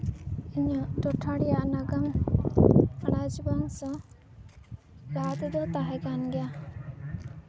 ᱤᱧᱟᱹᱜ ᱴᱚᱴᱷᱟ ᱨᱮᱭᱟᱜ ᱱᱟᱜᱟᱢ ᱨᱟᱡᱽᱵᱚᱝᱥᱚ ᱞᱟᱦᱟ ᱛᱮᱫᱚ ᱛᱟᱦᱮᱸ ᱠᱟᱱ ᱜᱮᱭᱟ